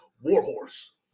Warhorse